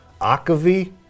Akavi